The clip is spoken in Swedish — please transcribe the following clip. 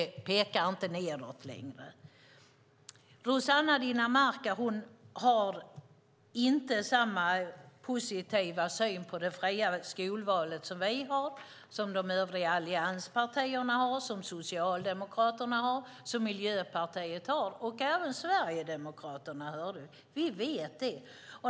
De pekar inte nedåt längre. Rossana Dinamarca har inte samma positiva syn på det fria skolvalet som vi, de övriga allianspartierna, Socialdemokraterna, Miljöpartiet och även Sverigedemokraterna har. Vi vet det.